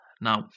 Now